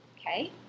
Okay